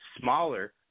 smaller